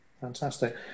fantastic